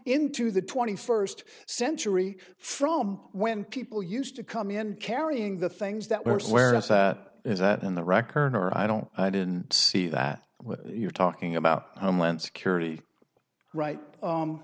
into the twenty first century from when people used to come in carrying the things that were somewhere else is that in the record or i don't i didn't see that when you're talking about homeland security right